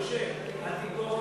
מוישה, אל,